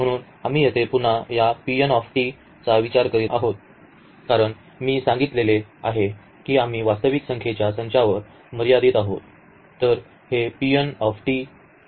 म्हणून आम्ही येथे पुन्हा या चा विचार करीत आहोत कारण मी सांगितले आहे की आम्ही वास्तविक संख्येच्या संचावर मर्यादित आहोत